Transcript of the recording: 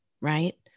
Right